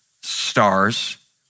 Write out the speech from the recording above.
stars